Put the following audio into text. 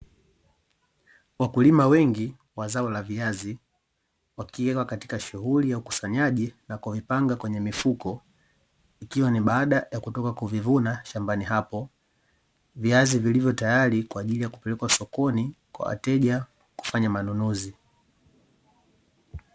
Wakulima wengi wa zao la viazi wakiwa katika shughuli ya ukusanyaji na kuvipanga kwenye mifuko ikiwa ni baada ya kutoka kuvivuna shambani hapo viazi vilivyo tayari kwa ajili ya kupelekwa sokoni kwa wateja kufanya manunuzi .